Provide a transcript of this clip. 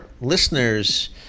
listeners